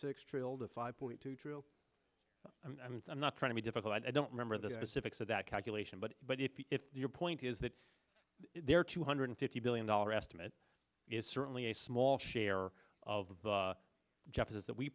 six trail to five point two true i mean i'm not trying to be difficult i don't remember the civics of that calculation but but if your point is that there are two hundred fifty billion dollar estimate is certainly a small share of